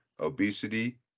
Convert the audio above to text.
obesity